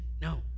No